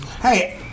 Hey